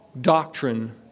doctrine